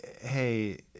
hey